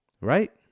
right